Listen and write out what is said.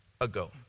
ago